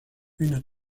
une